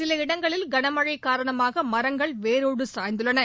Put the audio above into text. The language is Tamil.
சில இடங்களில் கனமழை காரணமாக மரங்கள் வேரோடு சாய்ந்துள்ளன